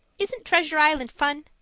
isn't treasure island fun?